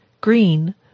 Green